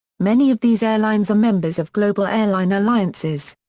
many of these airlines are members of global airline alliances.